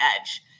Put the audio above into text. edge